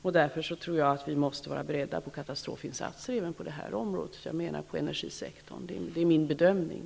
Jag tror därför att vi måste vara beredda på katastrofinsatser även inom energisektorn. Det är min bedömning.